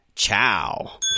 Ciao